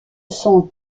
son